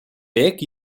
bec